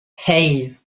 hey